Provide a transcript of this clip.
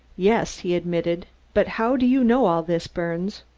yes, he admitted but how do you know all this, birnes?